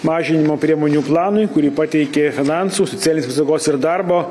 mažinimo priemonių planui kurį pateikė finansų socialinės apsaugos ir darbo